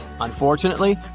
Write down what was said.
Unfortunately